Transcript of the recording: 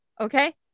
okay